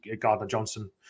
Gardner-Johnson